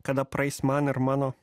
kada praeis man ir mano